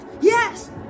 Yes